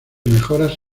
mejoras